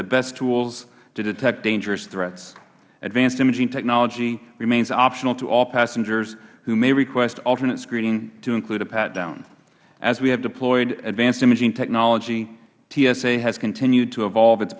the best tools to detect dangerous threats advanced imaging technology remains optional to all passengers who may request alternate screening to include a pat down as we have deployed advanced imaging technology tsa has continued to evolve it